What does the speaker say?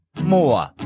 more